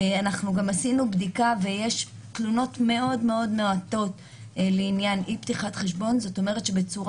אבל אם העסקה היא 10,000 אני כן אוכל לתת 10,000. אם העסקה